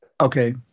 Okay